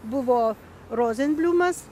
buvo rozenbliumas